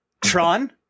Tron